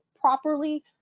properly